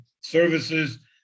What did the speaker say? services